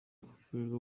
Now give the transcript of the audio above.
kuvurirwa